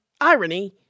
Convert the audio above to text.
Irony